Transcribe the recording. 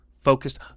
focused